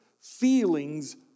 feelings